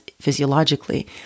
physiologically